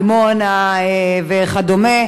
דימונה וכדומה,